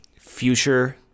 future